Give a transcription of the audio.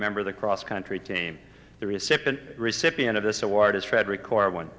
member of the cross country team the recipient recipient of this award as frederick or one